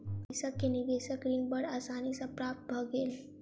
कृषक के निवेशक ऋण बड़ आसानी सॅ प्राप्त भ गेल